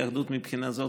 באים עם איזה קורסי ליבה,